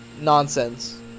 nonsense